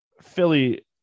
Philly